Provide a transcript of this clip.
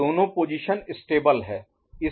तो दोनों position stable स्थिति स्थिर हैं